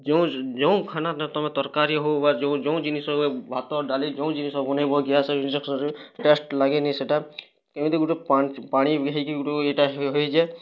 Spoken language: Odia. ଯେଉଁ ଯେଉଁ ଖାନା ତମେ ତରକାରୀ ହଉ ବା ଯେଉଁ ଯେଉଁ ଜିନିଷ ଭାତ ଡାଲି ଯେଉଁ ଜିନିଷ ବନାଇବ ଗ୍ୟାସ୍ ଜିନିଷ ଫଳରେ ଟେଷ୍ଟ୍ ଲାଗେନି ସେଇଟା ଏମିତି ଗୁଟେ ପାଣି ମିଶାଇକି ଗୁଟେ ଏଇଟା ହେଇଯାଏ